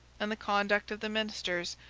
and the conduct of the ministers,